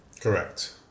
Correct